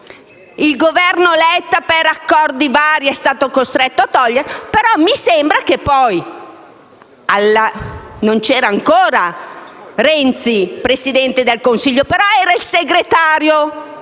il Governo Letta, per accordi vari, è stato costretto a toglierla. Mi sembra che Renzi non fosse ancora il Presidente del Consiglio, ma era il segretario